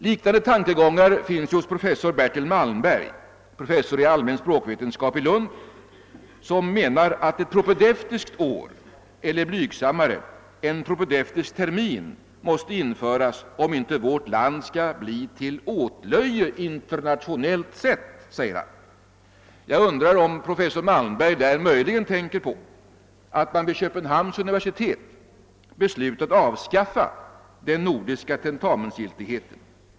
Liknande tankegångar finns hos professor Bertil Malmberg, professor i allmän språkvetenskap i Lund, som menar att ett propedeutiskt år eller, blygsammare, en propedeutisk termin måste införas om vårt land inte skall bli till åtlöje internationellt sett. Jag undrar om professor Malmberg där möjligen tänker på att Köpenhamns universitet har beslutat avskaffa den nordiska tentamensgiltigheten.